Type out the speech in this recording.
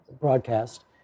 broadcast